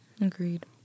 Agreed